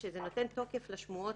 נתנו הנחיות לכל כוחות ההצלה,